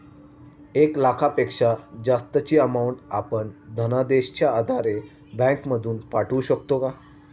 एक लाखापेक्षा जास्तची अमाउंट आपण धनादेशच्या आधारे बँक मधून पाठवू शकतो का?